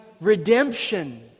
redemption